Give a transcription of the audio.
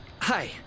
Hi